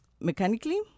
mechanically